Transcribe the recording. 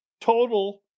Total